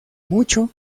mucho